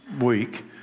week